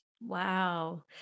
Wow